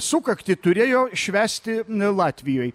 sukaktį turėjo švęsti latvijoj